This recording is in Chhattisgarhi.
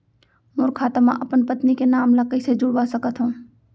मोर खाता म अपन पत्नी के नाम ल कैसे जुड़वा सकत हो?